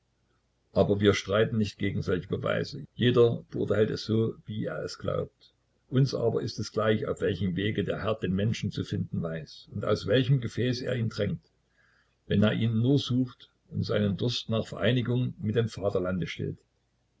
aber wir streiten nicht gegen solche beweise jeder beurteilt es so wie er es glaubt uns aber ist es gleich auf welchen wegen der herr den menschen zu finden weiß und aus welchem gefäß er ihn tränkt wenn er ihn nur sucht und seinen durst nach vereinigung mit dem vaterlande stillt